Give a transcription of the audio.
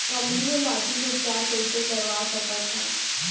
अम्लीय माटी के उपचार कइसे करवा सकत हव?